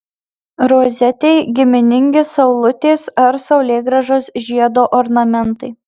rozetei giminingi saulutės ar saulėgrąžos žiedo ornamentai